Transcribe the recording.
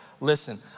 Listen